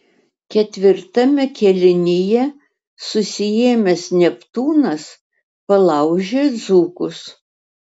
ketvirtame kėlinyje susiėmęs neptūnas palaužė dzūkus